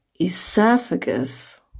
esophagus